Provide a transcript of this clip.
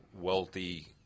wealthy